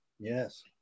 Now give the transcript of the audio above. Yes